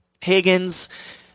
Higgins